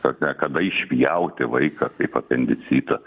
tokia kada išpjauti vaiką taip apendicitą